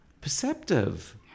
perceptive